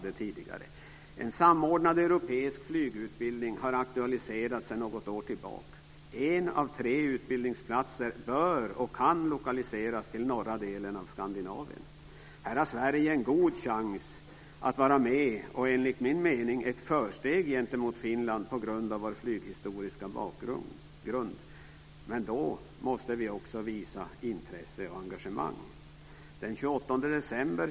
En samordnad europeisk flygutbildning har aktualiserats sedan något år tillbaka. En av tre utbildningsplatser bör och kan lokaliseras till norra delen av Skandinavien. Här har Sverige en god chans att vara med och enligt min mening ett försteg gentemot Finland på grund av vår flyghistoriska bakgrund. Men då måste vi också visa intresse och engagemang.